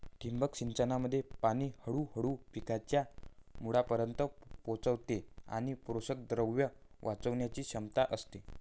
ठिबक सिंचनामध्ये पाणी हळूहळू पिकांच्या मुळांपर्यंत पोहोचते आणि पोषकद्रव्ये वाचवण्याची क्षमता असते